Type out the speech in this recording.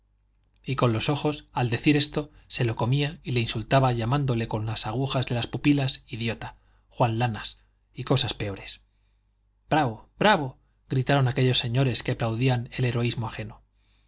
y con los ojos al decir esto se lo comía y le insultaba llamándole con las agujas de las pupilas idiota juan lanas y cosas peores bravo bravo gritaron aquellos señores que aplaudían el heroísmo ajeno